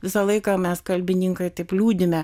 visą laiką mes kalbininkai taip liūdime